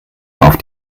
auf